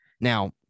now